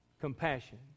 compassion